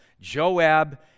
Joab